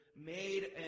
made